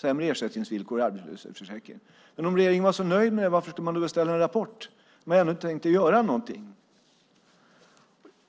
sämre ersättningsvillkor i arbetslöshetsförsäkringen. Om regeringen var så nöjd, varför beställde man en rapport om man ändå inte tänkte göra något?